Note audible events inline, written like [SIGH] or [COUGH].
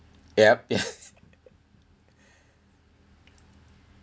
yup yes [LAUGHS]